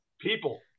People